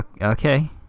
okay